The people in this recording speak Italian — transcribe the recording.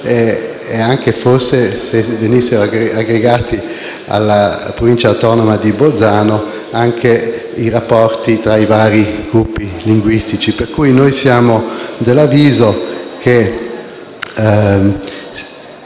bellunesi venissero aggregati alla Provincia autonoma di Bolzano, anche i rapporti tra i vari gruppi linguistici. Pertanto siamo dell'avviso che